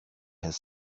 his